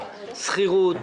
שכירות,